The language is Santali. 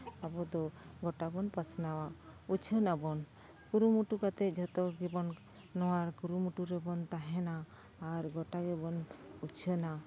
ᱟᱵᱚ ᱫᱚ ᱜᱚᱴᱟ ᱵᱚᱱ ᱯᱟᱥᱱᱟᱣᱟ ᱩᱪᱷᱟᱹᱱᱟᱵᱚᱱ ᱠᱩᱨᱩᱢᱩᱴᱩ ᱠᱟᱛᱮ ᱡᱷᱚᱛᱚ ᱦᱚᱲ ᱜᱮᱵᱚᱱ ᱱᱚᱣᱟ ᱠᱩᱨᱩᱢᱩᱴᱩ ᱨᱮᱵᱚᱱ ᱛᱟᱦᱮᱸᱱᱟ ᱟᱨ ᱜᱚᱴᱟ ᱜᱮᱵᱚᱱ ᱩᱪᱷᱟᱹᱱᱟ